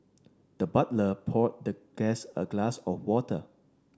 the butler poured the guest a glass of water